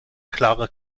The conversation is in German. klare